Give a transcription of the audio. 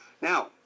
Now